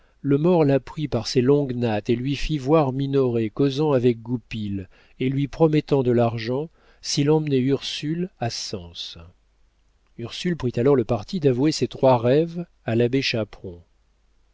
le mort la prit par ses longues nattes et lui fit voir minoret causant avec goupil et lui promettant de l'argent s'il emmenait ursule à sens ursule prit alors le parti d'avouer ces trois rêves à l'abbé chaperon